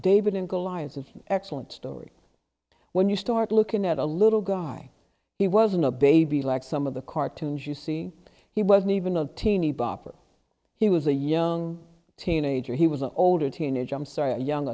an excellent story when you start looking at a little guy he was an a baby like some of the cartoons you see he wasn't even a teeny bopper he was a young teenager he was an older teenage i'm sorry young